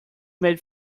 made